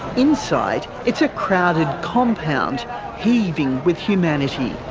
inside it's a crowded compound heaving with humanity.